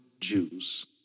Jews